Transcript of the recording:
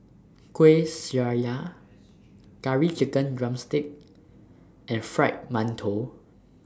Kueh Syara Curry Chicken Drumstick and Fried mantou